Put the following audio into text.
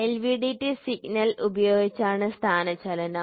LVDT signal ഉപയോഗിച്ചാണ് സ്ഥാനചലനം